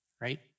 right